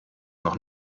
noch